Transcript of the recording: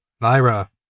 Lyra